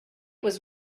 was